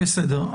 בסדר.